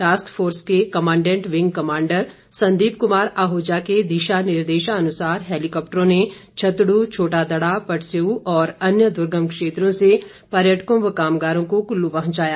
task force के commandant wing commander Sandeep Kumar Ahuja के दिशा निर्देशानुसार हैलीकॉप्टरों ने छतड़ छोटा दड़ा पटसेउ और अन्य दुर्गम क्षेत्रों से पर्यटकों व कामगारों को कुल्लु पहुंचाया